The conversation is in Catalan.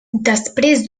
després